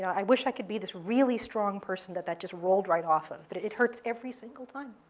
i wish i could be this really strong person that that just rolled right off of, but it hurts every single time.